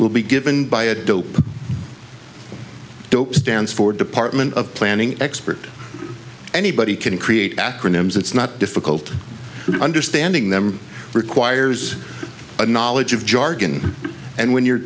will be given by a dope dope stands for department of planning expert anybody can create acronyms it's not difficult understanding them requires a knowledge of jargon and when you